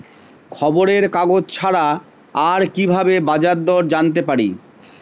খবরের কাগজ ছাড়া আর কি ভাবে বাজার দর জানতে পারি?